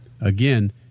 Again